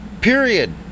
Period